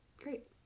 great